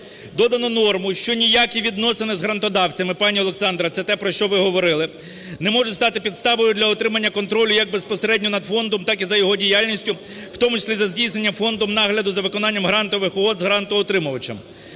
це те, про що ви говорили, не можуть стати підставою для отримання контролю як безпосередньо над фондом, так і за його діяльністю, в тому числі за здійсненням фондом нагляду за виконанням грантових угод з грантоотримувачем.